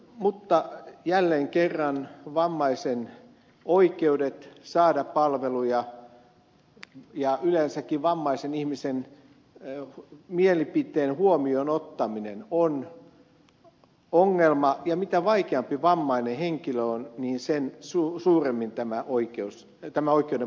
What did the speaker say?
mutta jälleen kerran vammaisen oikeudet saada palveluja ja yleensäkin vammaisen ihmisen mielipiteen huomioon ottaminen ovat ongelma ja mitä vaikeampivammainen henkilö on sen suuremmin tämä oikeuden puuttuminen näyttäytyy